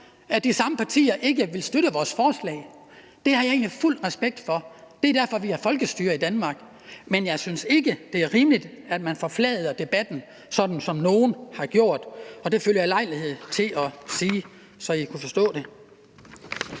at de samme partier ikke vil støtte vores forslag – det har jeg egentlig fuld respekt for, det er derfor, vi har folkestyre i Danmark – men jeg synes ikke, det er rimeligt, at man forfladiger debatten, sådan som nogle har gjort, og det føler jeg anledning til at sige, så I kan forstå det.